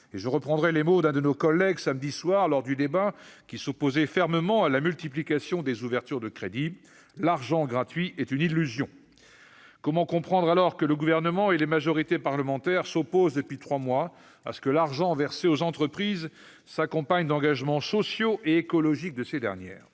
que, comme l'a expliqué un de nos collègues samedi soir en s'opposant fermement à la multiplication des ouvertures de crédits, « l'argent gratuit est une illusion ». Dès lors, comment comprendre que le Gouvernement et les majorités parlementaires s'opposent depuis trois mois à ce que l'argent versé aux entreprises s'accompagne d'engagements sociaux et écologiques de ces dernières ?